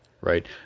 right